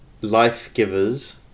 life-givers